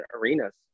arenas